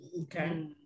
Okay